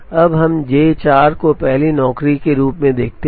अब हम J 4 को पहली नौकरी के रूप में देखते हैं